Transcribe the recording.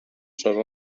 serà